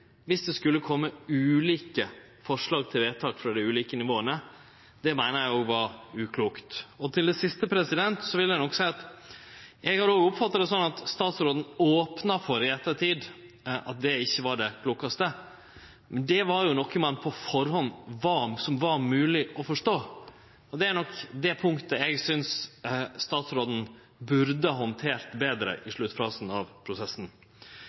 viss det skulle kome ulike forslag til vedtak frå dei ulike nivåa, meiner eg òg var uklokt. Til det siste vil eg nok seie at eg har òg oppfatta det sånn at statsråden i ettertid opna for at det ikkje var det klokaste, men det var jo noko som på førehand var mogleg å forstå. Det er nok det punktet eg synest statsråden burde handtert betre i sluttfasen av prosessen.